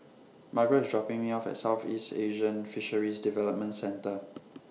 Margret IS dropping Me off At Southeast Asian Fisheries Development Centre